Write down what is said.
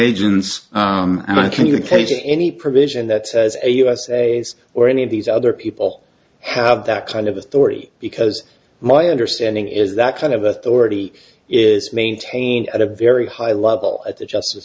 agents and i communicate any provision that says a u s airways or any of these other people have that kind of authority because my understanding is that kind of authority is maintained at a very high level at the justice